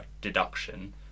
deduction